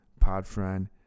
PodFriend